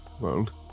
world